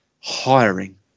hiring